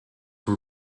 were